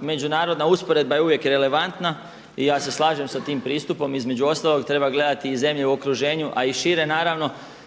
Međunarodna usporedba je uvijek relevantna i ja se slažem sa tim pristupom. Između ostalog treba gledati i zemlje u okruženju a i šire naravno.